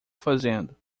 fazendo